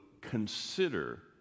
consider